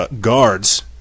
guards